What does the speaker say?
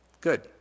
Good